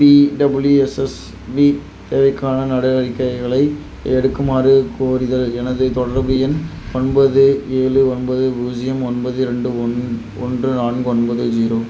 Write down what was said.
B W S S P தேவைக்கான நடவடிக்கைகளை எடுக்குமாறு கோருதல் எனது தொடர்பு எண் ஒன்பது ஏழு ஒன்பது பூஜ்ஜியம் ஒன்பது ரெண்டு ஒன் ஒன்று நான்கு ஒன்பது ஜீரோ